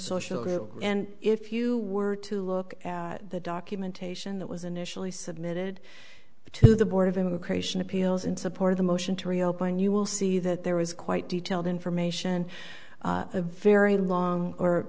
social group and if you were to look at the documentation that was initially submitted to the board of immigration appeals in support of the motion to reopen you will see that there was quite detailed information a very long or